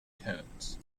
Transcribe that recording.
tones